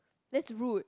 that's rude